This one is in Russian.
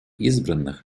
избранных